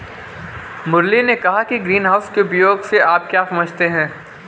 मुरली ने कहा कि ग्रीनहाउस के उपयोग से आप क्या समझते हैं?